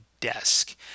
desk